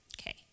Okay